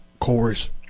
chorus